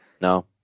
No